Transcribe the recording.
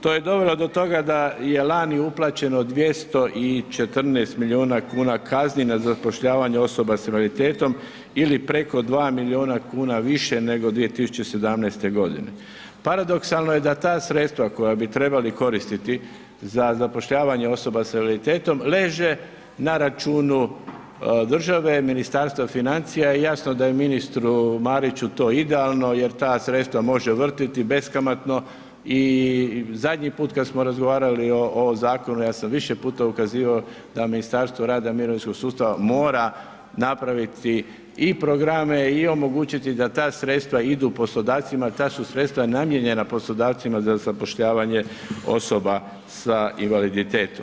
To je dovelo do toga da je lani uplaćeno 214 milijuna kuna kazni na zapošljavanje osoba s invaliditetom ili preko 2 milijuna kuna više nego 2017.g. paradoksalno je da ta sredstva koja bi trebali koristiti za zapošljavanje osoba s invaliditetom leže na računu države, Ministarstva financija i jasno da je ministru Mariću to idealno jer ta sredstva može vrtjeti beskamatno i zadnji put kada smo razgovarali o zakonu, ja sam više puta ukazivao da Ministarstvo rada i mirovinskog sustava mora napraviti i programe i omogućiti da ta sredstva idu poslodavcima, ta su sredstva namijenjena poslodavcima za zapošljavanje osoba s invaliditetom.